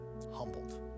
humbled